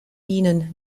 ihnen